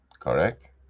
Correct